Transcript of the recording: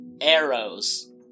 arrows